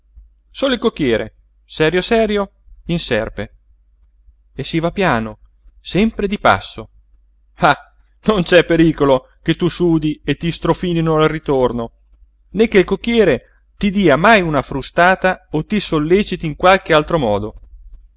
solo il cocchiere serio serio in serpe e si va piano sempre di passo ah non c'è pericolo che tu sudi e ti strofinino al ritorno né che il cocchiere ti dia mai una frustata o ti solleciti in qualche altro modo